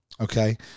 Okay